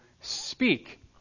speak